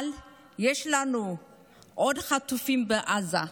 אבל יש לנו עוד חטופים בעזה: